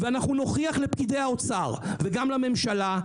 אנחנו נוכיח לפקידי האוצר וגם לממשלה,